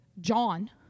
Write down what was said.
John